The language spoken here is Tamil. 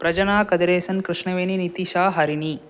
பிரஜனா கதிரேசன் கிருஷ்ணவேணி நித்திஷா ஹரிணி